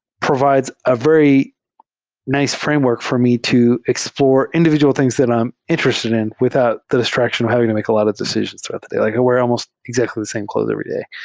provides a very nice framework for me to explore individual things that i'm interested in without the distraction of having to make a lot of decisions throughout the day. i like wear almost exactly the same clothes every day.